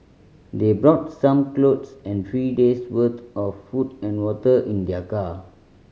they brought some clothes and three days' worth of food and water in their car